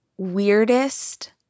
weirdest